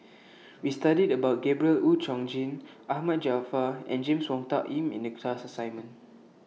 We studied about Gabriel Oon Chong Jin Ahmad Jaafar and James Wong Tuck Yim in The class assignment